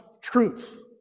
truth